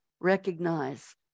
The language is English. recognize